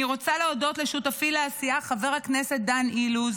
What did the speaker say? אני רוצה להודות לשותפי לעשייה חבר הכנסת דן אילוז,